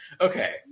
Okay